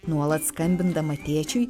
nuolat skambindama tėčiui